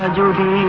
derby